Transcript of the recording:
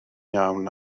iawn